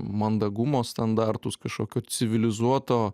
mandagumo standartus kažkokio civilizuoto